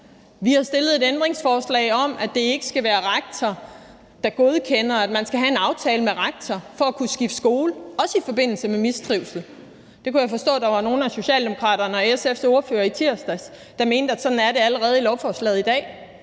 Vi har stillet et ændringsforslag om, at det ikke skal være rektor, der godkender, at man skal have en aftale med rektor for at kunne skifte skole, også i forbindelse med mistrivsel. Jeg kunne i tirsdags forstå, at nogle af Socialdemokraterne og SF's ordfører mente, det allerede er sådan i lovforslaget i dag.